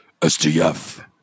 SDF